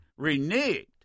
reneged